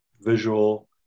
visual